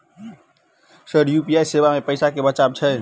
Sir UPI सेवा मे पैसा केँ बचाब छैय?